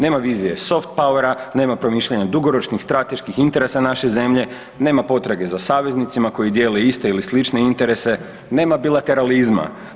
Nema vizije soft powera, nema promišljanja dugoročnih strateških interesa naše zemlje, nema potrage za saveznicima koje dijele iste ili slične interese, nema bilateralizma.